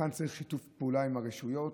כאן צריך שיתוף פעולה עם הרשויות.